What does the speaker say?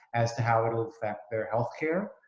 as to how it will affect their healthcare,